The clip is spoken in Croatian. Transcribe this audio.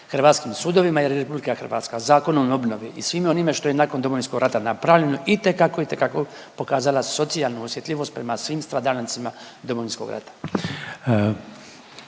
hrvatskim sudovima jer je RH Zakonom o obnovi i svime onime što je nakon Domovinskog rata napravljeno itekako, itekako pokazala socijalnu osjetljivost prema svim stradalnicima Domovinskog rata.